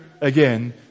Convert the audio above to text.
again